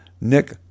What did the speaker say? Nick